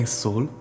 soul